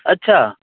अच्छा